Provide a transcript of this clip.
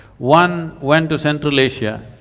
one went to central asia,